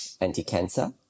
anti-cancer